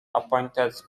appointed